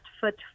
Foot